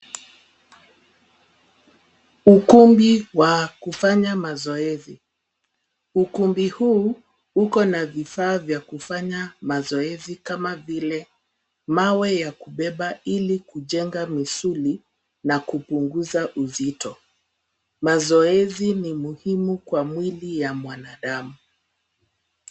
Ukumbi wa kufanya mazoezi. Ukumbi huu huko na vifaa vya kufanya mazoezi kama vile mawe ya kubeba ili kujenga misuli na kupunguza uzito. Mazoezi ni muhimu kwa mwili wa mwanadamu.